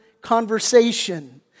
conversation